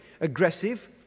aggressive